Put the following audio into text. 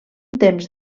temps